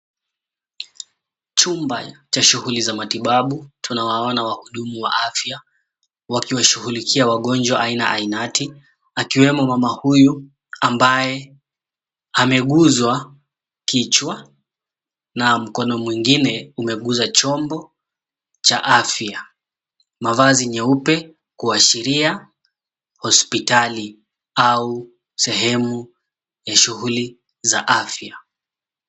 Chumba cha shughuli za matibabu tunawaona wahudumu wa afya wakiwashughulikia wagonjwa aina ainati akiwemo mama huyu ambaye ameguswa kichwa na mkono mwengine umegusa chombo cha afya. Mavazi nyeupe kuashiria hospitali au sehemu ya shughuli za afya.